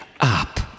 up